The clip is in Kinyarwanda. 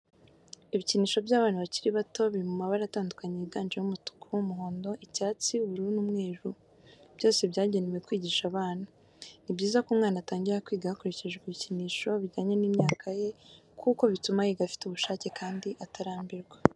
Ibikinisho by'abana bakiri bato biri mu mabara atandukanye yiganjemo umutuku, umuhondo, icyatsi, ubururu n'umweru byose byagenewe kwigisha abana. Ni byiza ko umwana atangira kwiga hakoreshejwe ibikinisho bijyanye n'imyaka ye kuko bituma yiga afite ubushake kandi atarambirwa.